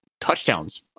touchdowns